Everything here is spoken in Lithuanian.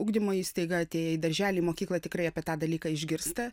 ugdymo įstaiga atėję į darželį į mokyklą tikrai apie tą dalyką išgirsta